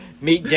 meet